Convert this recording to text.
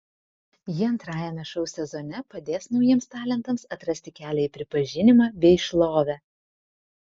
ji antrajame šou sezone padės naujiems talentams atrasti kelią į pripažinimą bei šlovę